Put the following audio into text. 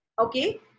Okay